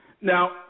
Now